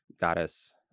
goddess